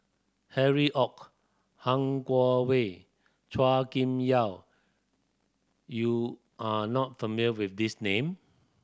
Harry Ord Han Guangwei Chua Kim Yeow you are not familiar with these name